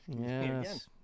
Yes